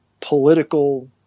political